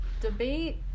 debate